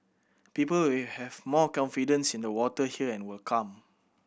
people will have more confidence in the water here and will come